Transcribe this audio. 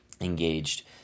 engaged